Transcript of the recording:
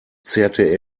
zerrte